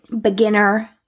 beginner